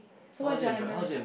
so what is your embarrassed